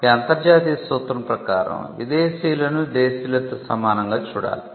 ఈ అంతర్జాతీయ సూత్రం ప్రకారం విదేశీయులను దేశీయులతో సమానంగా చూడాలి